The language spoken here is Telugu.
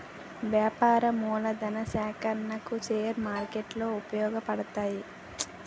వ్యాపార మూలధన సేకరణకు షేర్ మార్కెట్లు ఉపయోగపడతాయి